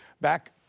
Back